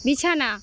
বিছানা